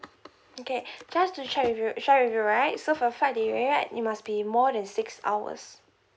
okay just to check with you share with you right so for flight delay right it must be more than six hours